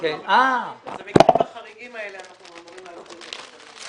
ואת המקרים החריגים האלה אנחנו אמורים להעלות.